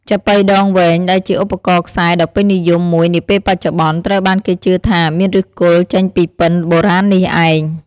ចាប៉ីដងវែង ដែលជាឧបករណ៍ខ្សែដ៏ពេញនិយមមួយនាពេលបច្ចុប្បន្ន ត្រូវបានគេជឿថាមានឫសគល់ចេញពីពិណបុរាណនេះឯង។